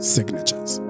Signatures